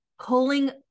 pulling